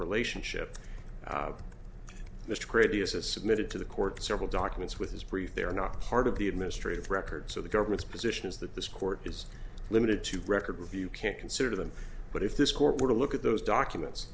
relationship mr brady has submitted to the court several documents with his brief they are not part of the administrative records so the government's position is that this court is limited to record review can't consider them but if this court were to look at those documents